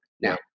Now